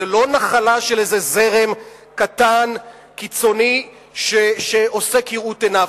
זה לא נחלה של איזה זרם קטן קיצוני שעוסק כראות עיניו,